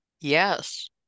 yes